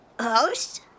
Host